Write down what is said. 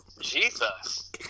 Jesus